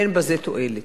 אין בזה תועלת.